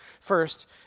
First